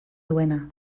duena